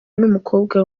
n’umukobwa